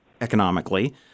economically